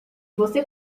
você